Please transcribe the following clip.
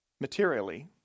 materially